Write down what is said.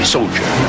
Soldier